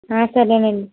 సరేనండి